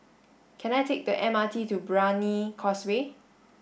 can I take the M R T to Brani Causeway